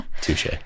touche